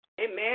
Amen